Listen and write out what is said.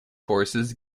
forces